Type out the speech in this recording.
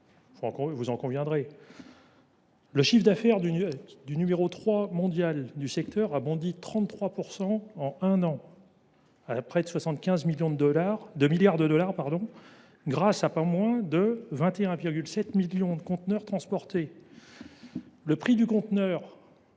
quelques données : le chiffre d’affaires du numéro trois mondial du secteur a bondi de 33 % en un an, à près de 75 milliards de dollars, grâce à pas moins de 21,7 millions de conteneurs transportés. Le prix de ces